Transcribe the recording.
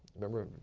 remember,